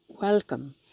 Welcome